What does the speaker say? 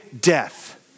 death